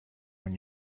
when